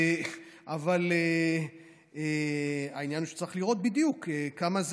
אבל העניין הוא שצריך לראות בדיוק כמה,